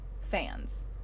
fans